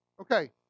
Okay